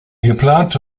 geplante